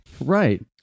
Right